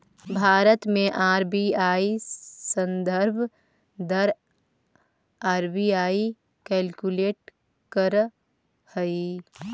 भारत में आर.बी.आई संदर्भ दर आर.बी.आई कैलकुलेट करऽ हइ